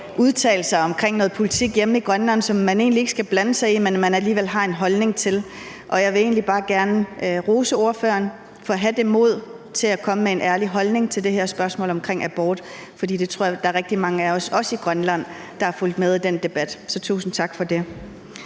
udtale sig om noget politik hjemme i Grønland, som man egentlig ikke skal blande sig i, men som man alligevel har en holdning til. Jeg vil egentlig bare gerne rose ordføreren for at have det mod til at komme med sin ærlige mening i forhold til det her spørgsmål om abort, og jeg tror, der er rigtig mange af os, også i Grønland, der har fulgt med i den debat. Så tusind tak for det.